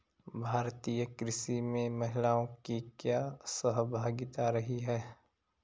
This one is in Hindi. भारतीय कृषि में महिलाओं की क्या सहभागिता रही है?